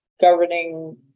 governing